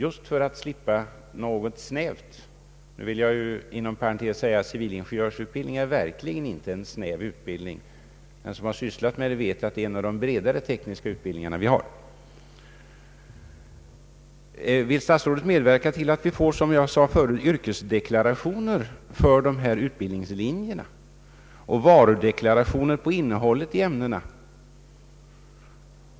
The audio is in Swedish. Inom parentes vill jag säga att civilingenjörsutbildningen ingalunda är någon snäv utbildning. Den som sysslat med dessa frågor vet att denna utbildning är en av de bredare vi har från teknisk synpunkt. Vill statsrådet medverka till att vi, som jag förut sade, får yrkesdeklarationer för de aktuella utbildningslinjerna och varudeklarationer på ämnesinnehållet?